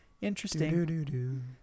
Interesting